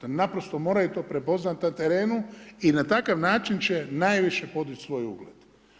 Oni naprosto moraju to prepoznati na terenu i na takav način će najviše podići svoj ugled.